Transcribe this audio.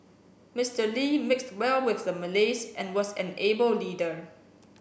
Mister Lee mixed well with the Malays and was an able leader